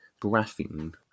graphene